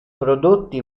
prodotti